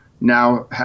now –